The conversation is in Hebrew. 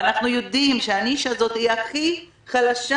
ואנחנו יודעים שהנישה הזאת היא הכי חלשה